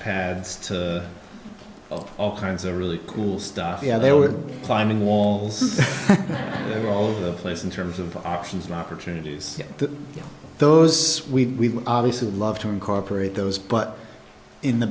pads to all kinds of really cool stuff yeah they were climbing walls they were all over the place in terms of options and opportunities that those we obviously would love to incorporate those but in the